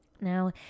Now